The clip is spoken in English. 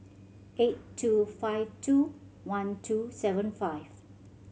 eight two five two one two seven five